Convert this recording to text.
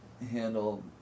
handle